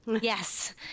Yes